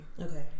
Okay